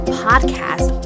podcast